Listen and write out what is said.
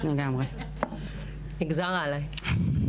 נגזר עליי.